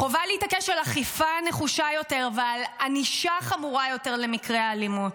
חובה להתעקש על אכיפה נחושה יותר ועל ענישה חמורה יותר למקרי האלימות.